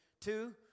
Two